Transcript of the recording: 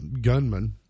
gunman